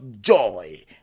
joy